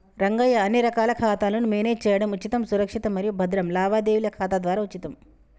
రంగయ్య అన్ని రకాల ఖాతాలను మేనేజ్ చేయడం ఉచితం సురక్షితం మరియు భద్రం లావాదేవీల ఖాతా ద్వారా ఉచితం